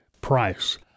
price